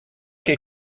que